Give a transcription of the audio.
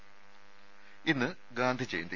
ത ഇന്ന് ഗാന്ധി ജയന്തി